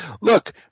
Look